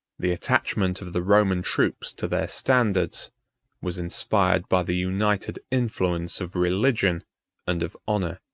the attachment of the roman troops to their standards was inspired by the united influence of religion and of honor.